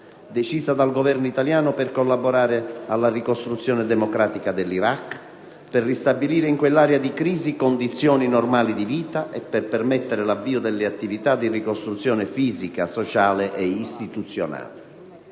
decisa dal Governo italiano per collaborare alla ricostruzione democratica dell'Iraq, per ristabilire in quell'area di crisi condizioni normali di vita e per permettere l'avvio delle attività di ricostruzione fisica, sociale e istituzionale.